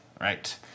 Right